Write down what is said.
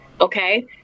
okay